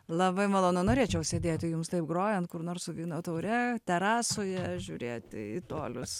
labai malonu norėčiau sėdėti jums taip grojant kur nors su vyno taure terasoje žiūrėti į tolius